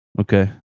okay